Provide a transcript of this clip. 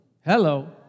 Hello